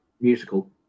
musical